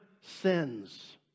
sins